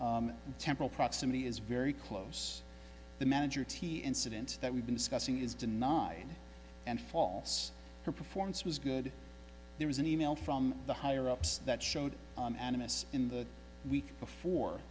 r temporal proximity is very close the manager t incident that we've been discussing is denied and false her performance was good there was an e mail from the higher ups that showed animists in the week before